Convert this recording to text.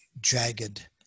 jagged